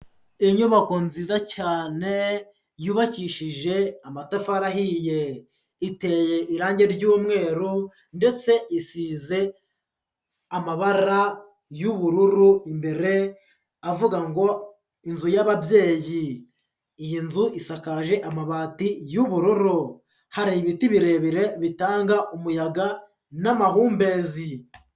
Inyubako nziza cyane yubakishije amatafari ahiye iteye irange ry'umweru ndetse isize amabara y'ubururu imbere avuga ngo inzu y'ababyeyi, iyi nzu isakaje amabati y'ubururu, hari ibiti birebire bitanga umuyaga n'amahumbezi.